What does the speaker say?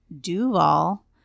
Duval